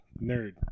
Nerd